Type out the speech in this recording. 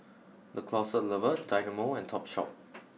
the Closet Lover Dynamo and Topshop